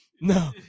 no